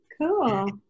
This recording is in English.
Cool